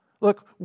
Look